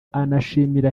anashimira